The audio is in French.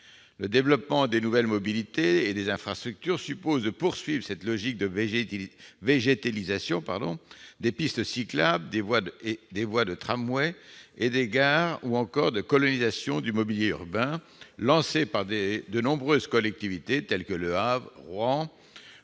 Le développement des nouvelles mobilités et des infrastructures suppose de poursuivre cette logique de végétalisation des pistes cyclables, des voies de tramway et des gares ou encore de colonisation du mobilier urbain lancée par de nombreuses collectivités, telles que Le Havre, Rouen